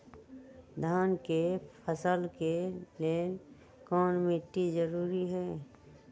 धान के फसल के लेल कौन मिट्टी जरूरी है?